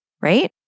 right